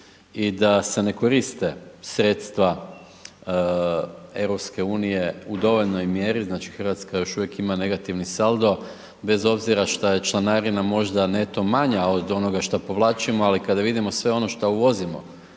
i da se ne koriste sredstva EU u dovoljnoj mjeri, znači, RH još uvijek ima negativni saldo bez obzira šta je članarina možda neto manja od onoga što povlačimo, ali kada vidimo sve ono što uvozimo